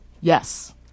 Yes